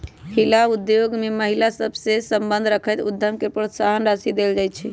हिला उद्योग में महिला सभ सए संबंध रखैत उद्यम के प्रोत्साहन देल जाइ छइ